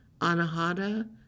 anahata